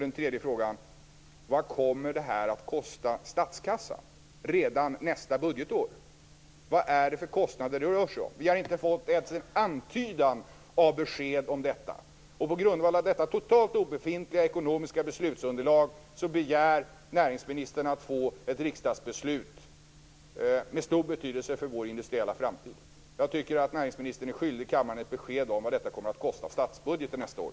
Den sista frågan: Vad kommer detta att kosta statskassan redan nästa budgetår? Vad är det för kostnader det rör sig om? Vi har inte fått ens en antydan om besked om detta. På grundval av detta totalt obefintliga beslutsunderlag begär näringsministern att få igenom ett riksdagsbeslut med stor betydelse för vår industriella framtid. Jag tycker att näringsministern är skyldig kammaren ett besked om vad detta kommer att kosta statskassan nästa år.